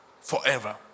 forever